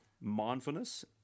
mindfulness